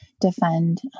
defend